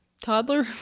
Toddler